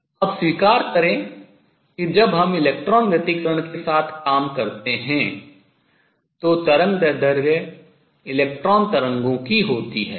अब स्वीकार करें कि जब हम इलेक्ट्रॉन व्यतिकरण के साथ काम करते हैं तो तरंगदैर्ध्य इलेक्ट्रॉन तरंगों की होती है